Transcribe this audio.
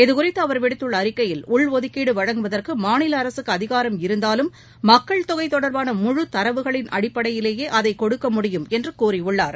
இதுகுறித்துஅவர் விடுத்துள்ளஅறிக்கையில் உள்ஒதுக்கீடுவழங்குவதற்குமாநிலஅரசுக்குஅதிகாரம் இருந்தாலும் மக்கள் தொகைதொடர்பான முழு தரவுகளின் அடிப்படையிலேயேஅதைக் கொடுக்க முடியும் என்றுகூறியுள்ளார்